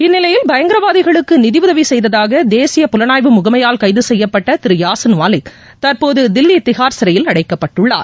இந்நிலையில் பயங்கரவாதிகளுக்கு நிதியுதவி செய்ததாக தேசிய புலனாய்வு முகமையால் கைது செய்யப்பட்ட யாசின் மாலிக் தற்போது தில்லி திஹார் சிறையில் அடைக்கப்பட்டுள்ளார்